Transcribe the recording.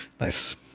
Nice